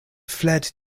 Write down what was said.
fled